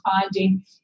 finding